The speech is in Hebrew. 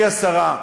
שהכול פוליטיקה.